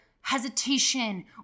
hesitation